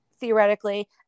theoretically